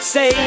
Say